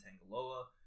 Tangaloa